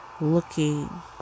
looking